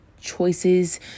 choices